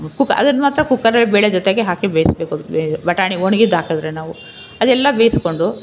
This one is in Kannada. ಕುಕ್ ಅದನ್ನ ಮಾತ್ರ ಕುಕ್ಕರಲ್ಲಿ ಬೇಳೆ ಜೊತೆಗೆ ಹಾಕಿ ಬೇಯಿಸಬೇಕು ಬೆ ಬಟಾಣಿ ಒಣಗಿದ್ದು ಹಾಕಿದರೆ ನಾವು ಅದೆಲ್ಲ ಬೇಯಿಸ್ಕೊಂಡು